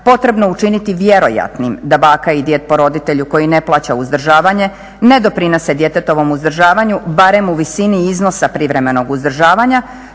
potrebno učiniti vjerojatnim da baka i djed po roditelju koji ne plaća uzdržavanje ne doprinose djetetovom uzdržavanju barem u visini iznosi privremenog uzdržavanja